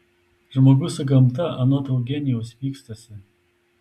žmogus su gamta anot eugenijaus pykstasi